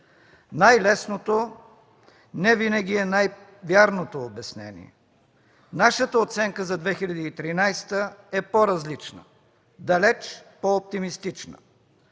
Най-лесното не винаги е най-вярното обяснение. Нашата оценка за 2013 г. е по-различна, далеч по-оптимистична.